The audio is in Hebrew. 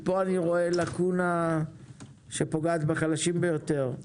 פה אני רואה לקונה שפוגעת בחלשים ביותר.